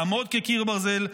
לעמוד כקיר ברזל,